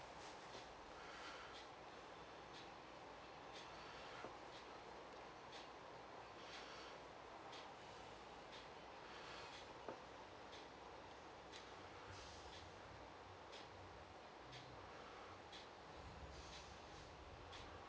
mm